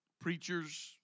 Preachers